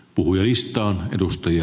puhujista on edustajia